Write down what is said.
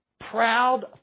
Proud